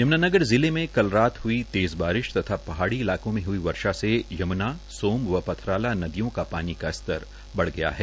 यमुनानगर जिले म कल रात हुई तेज़ बा रश तथा पहाड़ी इलाक म हुई वषा से यमूना सोम व पथराला न दय का पानी का तर बढ़ गया है